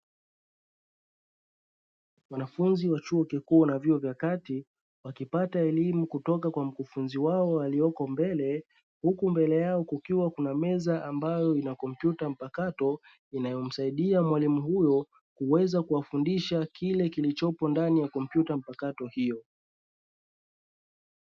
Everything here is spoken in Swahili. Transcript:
Wanafunzi wa chuo kikuu na vyuo vya kati wakipata elimu kutoka kwa mkufunzi wao alioko mbele, huku mbele yao kukiwa kuna meza ambayo ina kompyuta mpakato inayomsaidia mwalimu huyo kuweza kuwafundisha kile kilichopo ndani ya kompyuta mkapato hiyo.